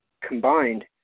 combined